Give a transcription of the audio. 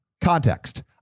context